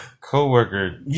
co-worker